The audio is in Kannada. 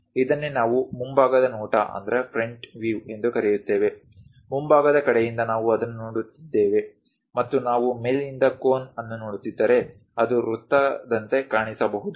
ಇದನ್ನೇ ನಾವು ಮುಂಭಾಗದ ನೋಟ ಎಂದು ಕರೆಯುತ್ತೇವೆ ಮುಂಭಾಗದ ಕಡೆಯಿಂದ ನಾವು ಅದನ್ನು ನೋಡುತ್ತಿದ್ದೇವೆ ಮತ್ತು ನಾವು ಮೇಲಿನಿಂದ ಕೋನ್ ಅನ್ನು ನೋಡುತ್ತಿದ್ದರೆ ಅದು ವೃತ್ತದಂತೆ ಕಾಣಿಸಬಹುದು